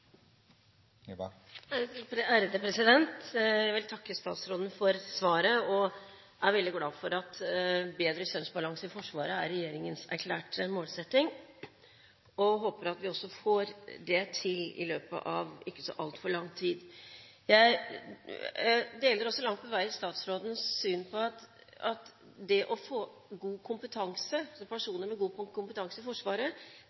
veldig glad for at bedre kjønnsbalanse i Forsvaret er regjeringens erklærte målsetting, og håper at vi får dette til i løpet av ikke altfor lang tid. Jeg deler også langt på vei statsrådens syn, at det å få personer med god kompetanse inn i Forsvaret